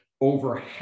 over